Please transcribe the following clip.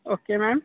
okay ma'am